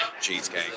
cheesecake